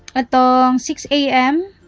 and um six am,